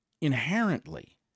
inherently